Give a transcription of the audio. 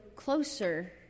Closer